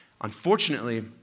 Unfortunately